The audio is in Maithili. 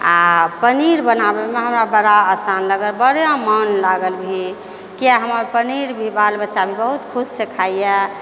आओर पनीर बनाबैमे हमरा बड़ा आसान लगैए बड़ा मोन लागल किए हमर पनीर भी बाल बच्चा बहुत खुशसँ खाइए